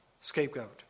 scapegoat